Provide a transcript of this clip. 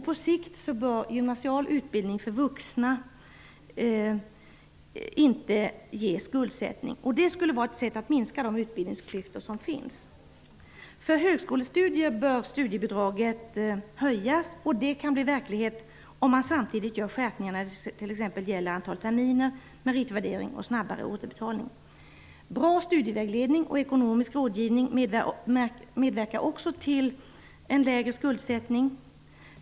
På sikt bör inte heller gymnasial utbildning för vuxna medföra skuldsättning. Detta skulle vara ett sätt att minska de utbildningsklyftor som finns. För högskolestudier bör studiebidraget höjas. Det kan bli verklighet om man samtidigt gör skärpningar när det t.ex. gäller antal terminer, meritvärdering och snabbare återbetalning. Bra studievägledning och ekonomisk rådgivning medverkar också till en lägre skuldsättning.